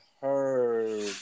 heard